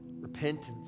repentance